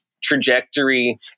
trajectory